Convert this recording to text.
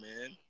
man